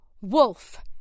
wolf